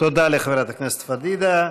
תודה לחברת הכנסת פדידה.